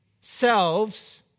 selves